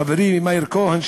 חברי מאיר כהן,